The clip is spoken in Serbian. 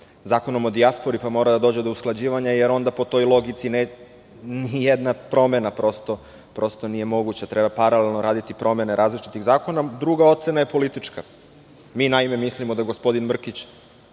Zakonom o dijaspori, pa mora da dođe do usklađivanja, jer onda po toj logici nijedna promena prosto nije moguća, treba paralelno raditi promene različitih zakona. Druga ocena je politička. Mi naime, mislimo da gospodin Mrkić